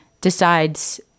decides